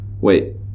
wait